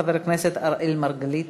חבר הכנסת אראל מרגלית.